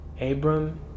Abram